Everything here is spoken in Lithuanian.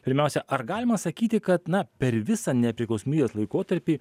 pirmiausia ar galima sakyti kad na per visą nepriklausomybės laikotarpį